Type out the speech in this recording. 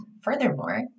furthermore